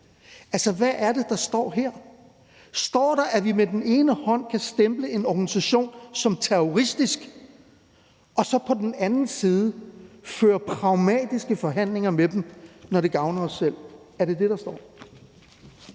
selv«. Hvad er det, der står her? Står der, at vi med den ene hånd kan stemple en organisation som terroristisk, og at vi så med den anden hånd fører pragmatiske forhandlinger med dem, når det gavner os selv? Er det det, der står?